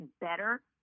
better